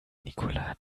nicola